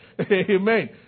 Amen